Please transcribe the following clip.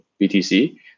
BTC